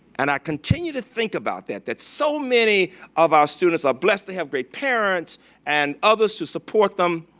and i continue to think about that, that so many of our students are blessed to have great parents and others to support them.